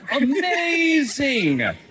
Amazing